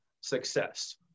success